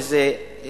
ואת זה הזכרתי,